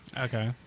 Okay